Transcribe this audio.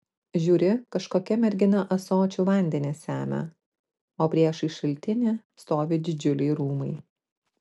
žiūri kažkokia mergina ąsočiu vandenį semia o priešais šaltinį stovi didžiuliai rūmai